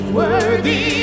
worthy